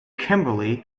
kimberly